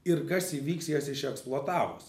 ir kas įvyks jas išeksploatavus